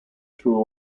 through